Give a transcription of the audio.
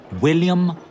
William